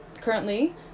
currently